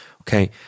okay